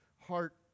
heart